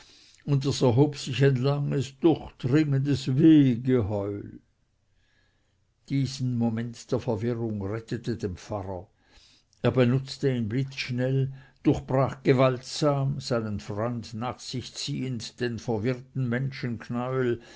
es erhob sich ein langes durchdringendes wehgeheul dieser moment der verwirrung rettete den pfarrer er benutzte ihn blitzschnell durchbrach gewaltsam seinen freund nach sich ziehend den verwirrten